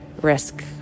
risk